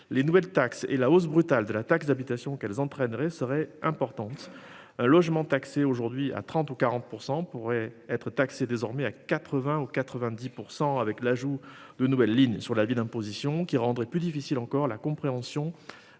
Les nouvelles taxes et la hausse brutale de la taxe d'habitation qu'elles entraîneraient serait importante. Logement taxé aujourd'hui à 30 ou 40% pourraient être taxés désormais à 80 ou 90% avec l'ajout de nouvelles lignes sur l'avis d'imposition qui rendrait plus difficile encore la compréhension